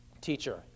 Teacher